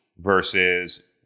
versus